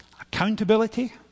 accountability